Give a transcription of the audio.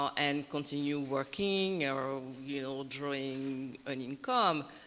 and continued working or you know drawing an income.